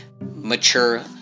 mature